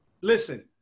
listen